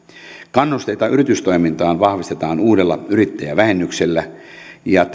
kannusteita yritystoimintaan vahvistetaan uudella yrittäjävähennyksellä ja